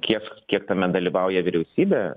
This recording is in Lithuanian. kiek kiek tame dalyvauja vyriausybė